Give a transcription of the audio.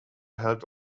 held